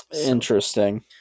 Interesting